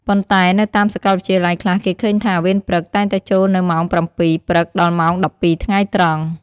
ប៉ុន្តែ នៅតាមសកលវិទ្យាល័យខ្លះ គេឃើញថា វេនព្រឹកតែងតែចូលនៅ ម៉ោង ៧ៈ០០ ព្រឹក ដល់ម៉ោង ១២ៈ០០ ថ្ងែត្រង់ ។